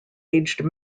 aged